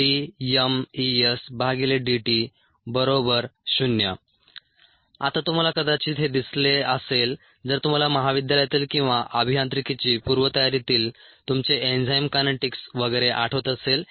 rgES rcESdmESdt≅0 आता तुम्हाला कदाचित हे दिसले असेल जर तुम्हाला महाविद्यालयातील किंवा अभियांत्रिकीची पुर्व तयारीतील तुमचे एन्झाईम कायनेटिक्स वगैरे आठवत असेल